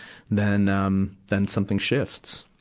then, um, then something shifts.